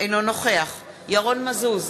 אינו נוכח ירון מזוז,